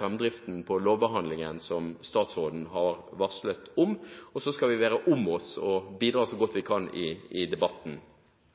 framdriften i lovbehandlingen som statsråden har varslet om, og så skal vi være om oss og bidra så godt vi kan i debatten. Jeg vil bare understreke den ene tingen som jeg tok opp i